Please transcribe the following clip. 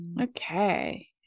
okay